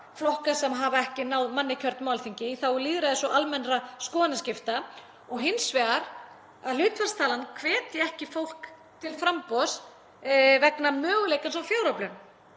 flokka sem hafa ekki náð manni kjörnum á Alþingi í þágu lýðræðis og almennra skoðanaskipta og hins vegar að hlutfallstalan hvetji ekki fólk til framboðs vegna möguleikans á fjáröflun.